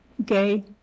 Okay